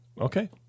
Okay